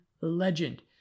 legend